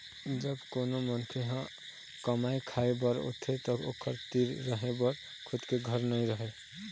जब कोनो मनखे ह कमाए खाए बर आथे त ओखर तीर रहें बर खुद के घर नइ रहय